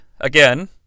again